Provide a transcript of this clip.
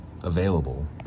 available